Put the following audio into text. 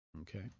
Okay